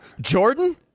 Jordan